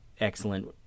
excellent